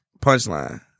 Punchline